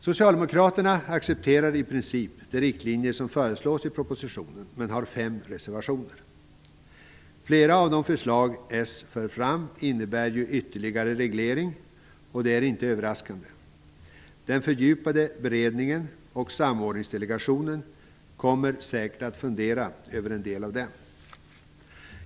Socialdemokraterna accepterar i princip de riktlinjer som föreslås i propositionen men har fem reservationer. Flera av de förslag som socialdemokraterna för fram innebär ytterligare reglering, och det är inte överraskande. I den fördjupade beredningen och i samordningsdelegationen kommer man säkerligen att fundera över en del av dem.